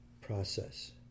process